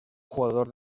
jugador